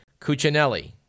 Cuccinelli